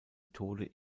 tode